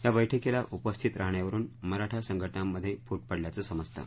या बैठकीला उपस्थित राहण्यावरून मराठा संघटनांमध्ये फूट पडल्याचं समजतं